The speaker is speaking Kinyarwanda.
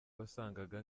wasangaga